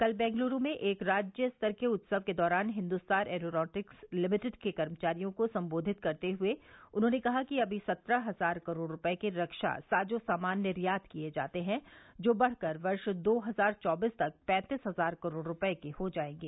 कल बेंगलूरू में एक राज्य स्तर के उत्सव के दौरान हिन्दुस्तान एरोनॉटिक्स लिमिटेड के कर्मचारियों को संबोधित करते हुए उन्होंने कहा कि अभी सत्रह हजार करोड़ रूपए के रक्षा साजो सामान निर्यात किए जाते हैं जो बढ़कर वर्ष दो हजार चौबीस तक पैंतीस हजार करोड़ रूपए के हो जाएंगे